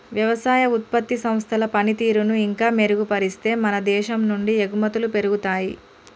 వ్యవసాయ ఉత్పత్తి సంస్థల పనితీరును ఇంకా మెరుగుపరిస్తే మన దేశం నుండి ఎగుమతులు పెరుగుతాయి